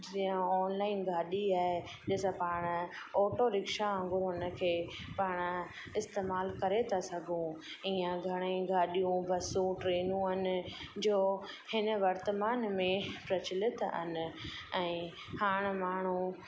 जीअं ऑनलाइन गाॾी आहे जंहिं सां पाण ऑटो रिक्शा वांगुरु हुनखे पाणि इस्तेमालु करे था सघूं इअं घणेई गाॾियूं बसूं ट्रेनियूं आहिनि जो हिन वर्तमान में प्रचलित आहिनि ऐं हाणे माण्हू